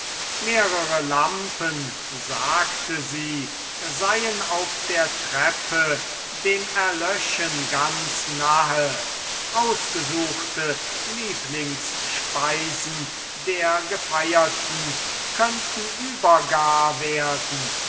mehrere lampen sagte sie seien auf der treppe dem erlöschen ganz nahe ausgesuchte lieblingsspeisen der gefeierten könnten übergar werden